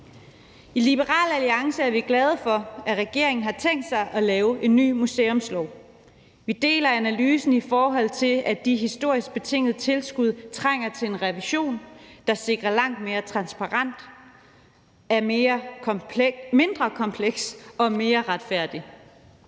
I Liberal Alliance er vi glade for, at regeringen har tænkt sig at lave en ny museumslov. Vi deler analysen, i forhold til at de historisk betingede tilskud trænger til en revision, der sikrer langt mere transparens, er mindre kompleks og mere retfærdig.